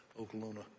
Oklahoma